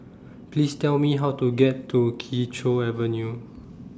Please Tell Me How to get to Kee Choe Avenue